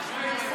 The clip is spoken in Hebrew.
זה מה שקורה פה.